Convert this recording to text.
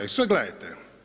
I sad gledajte.